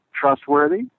trustworthy